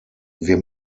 wir